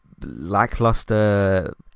Lackluster